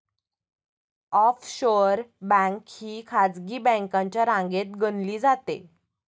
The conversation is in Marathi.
ऑफशोअर बँक ही खासगी बँकांच्या रांगेत गणली जाते